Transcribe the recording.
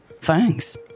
Thanks